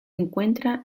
encuentra